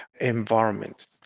environment